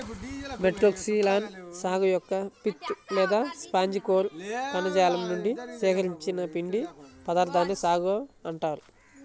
Metroxylon సాగు యొక్క pith లేదా స్పాంజి కోర్ కణజాలం నుండి సేకరించిన పిండి పదార్థాన్నే సాగో అంటారు